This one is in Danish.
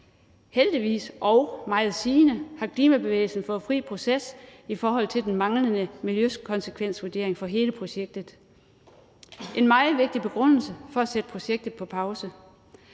Heldigvis og meget sigende har klimabevægelsen fået fri proces i forhold til den manglende miljøkonsekvensvurdering for hele projektet. Det er en meget vigtig begrundelse for at sætte projektet på pause,